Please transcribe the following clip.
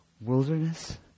Wilderness